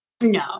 No